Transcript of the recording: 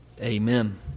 amen